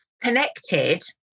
connected